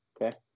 Okay